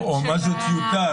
או מה זה "טיוטה"?